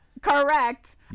Correct